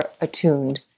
attuned